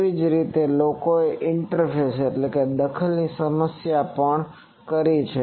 તેવી જ રીતે લોકોએ ઈન્ટરફેરન્સ દખલ interference ની સમસ્યા પણ કરી છે